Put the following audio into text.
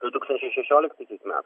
du tūkstančiai šešioliktaisiais me